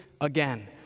again